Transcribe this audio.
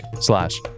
slash